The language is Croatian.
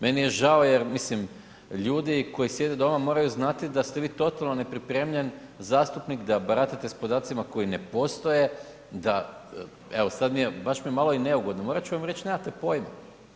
Meni je žao jer mislim, ljudi koji sjede da ovo moraju znati da ste vi totalno nepripremljen zastupnik, da baratate s podacima koji ne postoje, da evo sad, baš mi je malo i neugodno, morat ću vam reć nemate pojma.